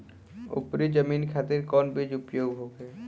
उपरी जमीन खातिर कौन बीज उपयोग होखे?